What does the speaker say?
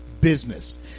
business